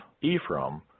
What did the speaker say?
Ephraim